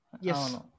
Yes